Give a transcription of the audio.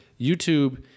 YouTube